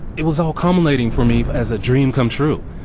it was all culminating for me as a dream come true.